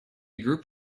group